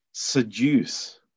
Seduce